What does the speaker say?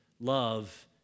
Love